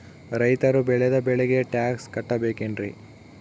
ರೈತರು ಬೆಳೆದ ಬೆಳೆಗೆ ಟ್ಯಾಕ್ಸ್ ಕಟ್ಟಬೇಕೆನ್ರಿ?